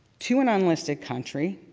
to an unlisted country